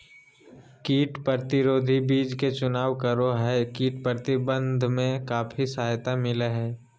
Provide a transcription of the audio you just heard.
कीट प्रतिरोधी बीज के चुनाव करो हइ, कीट प्रबंधन में काफी सहायता मिलैय हइ